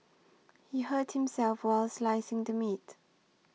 he hurt himself while slicing the meat